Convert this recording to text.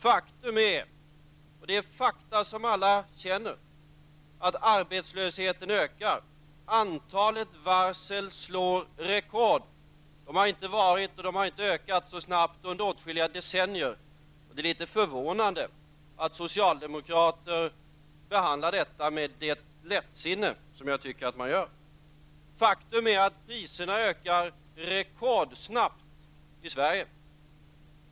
Faktum är -- och det är ett faktum som alla känner -- att arbetslösheten ökar. Antalet varsel slår rekord. De har inte ökat så snabbt under åtskilliga decennier. Det är litet förvånande att socialdemokrater behandlar detta med det lättsinne som jag tycker att de gör. Faktum är att priserna ökar rekordsnabbt i Sverige.